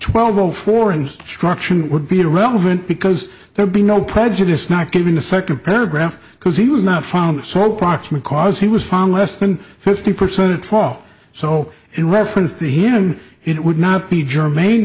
twelve zero for instruction would be relevant because there'd be no prejudice not given the second paragraph because he was not found so proximate cause he was found less than fifty percent follow so in reference to him it would not be germane